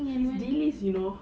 he's dean list you know